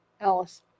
Alice